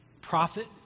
prophet